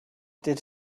did